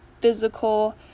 physical